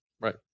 Right